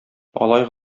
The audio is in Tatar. алай